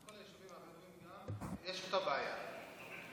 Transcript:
בכל היישובים יש אותה בעיה,